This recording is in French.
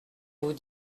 vous